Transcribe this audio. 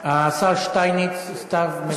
השר שטייניץ, סתיו מבקשת.